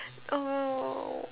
!aww!